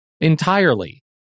entirely